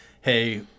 hey